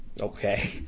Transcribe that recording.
okay